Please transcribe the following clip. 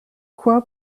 quoi